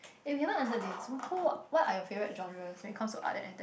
eh we haven't answered this who what are your favourite genre when it comes to art and